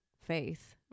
faith